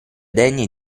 degne